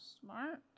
smart